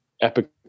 epic